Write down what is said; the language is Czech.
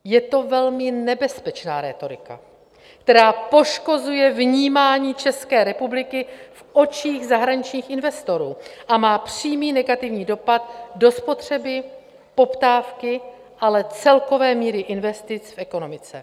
Je to velmi nebezpečná rétorika, která poškozuje vnímání České republiky v očích zahraničních investorů a má přímý negativní dopad do spotřeby, poptávky, ale celkové míry investic v ekonomice.